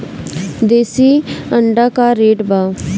देशी अंडा का रेट बा?